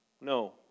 No